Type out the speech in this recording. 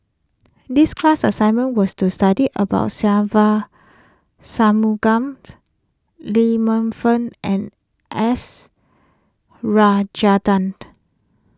this class assignment was to study about Se Ve Shanmugam Lee Man Fong and S Rajendran